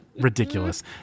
Ridiculous